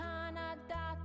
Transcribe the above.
Canada